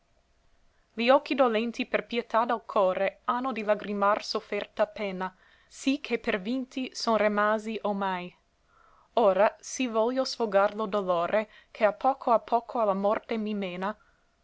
i occhi dolenti per pietà del core hanno di lagrimar sofferta pena sì che per vinti son remasi omai ora s'i voglio sfogar lo dolore che a poco a poco a la morte mi mena